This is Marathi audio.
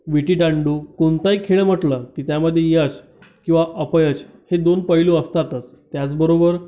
विटीदांडू कोणताही खेळ म्हटलं की त्यामधे यश किंवा अपयश हे दोन पैलू असतातस त्याचबरोबर